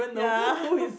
ya